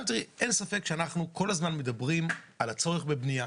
אין ספק שאנחנו כל הזמן מדברים על הצורך בבנייה.